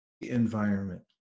environment